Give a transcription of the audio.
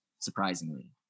surprisingly